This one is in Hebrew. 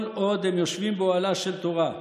כל עוד הם יושבים באוהלה של תורה.